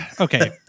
okay